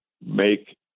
make